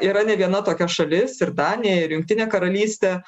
yra ne viena tokia šalis ir danija ir jungtinė karalystė